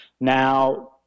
Now